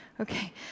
okay